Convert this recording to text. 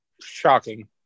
shocking